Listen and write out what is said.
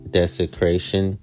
desecration